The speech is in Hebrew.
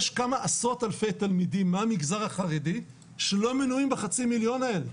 יש כמה עשרות אלפי תלמידים מהמגזר החרדי שלא מנויים בחצי מיליון האלה,